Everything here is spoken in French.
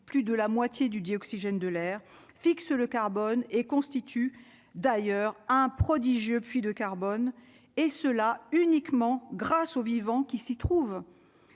plus de la moitié du du oxygène de l'air, fixe le carbone et constitue d'ailleurs un prodigieux puits de carbone et cela uniquement grâce aux vivants qui s'y trouvent,